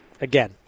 again